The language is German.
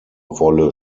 wolle